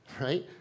right